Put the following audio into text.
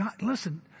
Listen